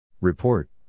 Report